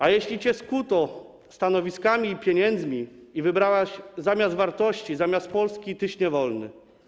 A jeśli cię skuto stanowiskami i pieniędzmi i wybrałeś je zamiast wartości, zamiast Polski, tyś niewolny.